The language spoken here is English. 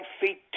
feet